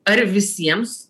ar visiems